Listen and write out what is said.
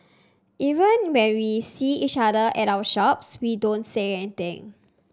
even when we see each other at our shops we don't say anything